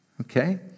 Okay